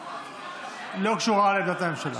לא קשורה לעמדת הממשלה.